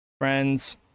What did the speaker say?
friends